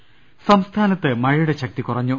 ൾ ൽ ൾ സംസ്ഥാനത്ത് മഴയുടെ ശക്തി കുറഞ്ഞു